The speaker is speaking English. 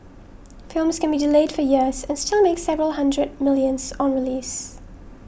films can be delayed for years and still make several hundred millions on release